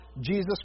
Jesus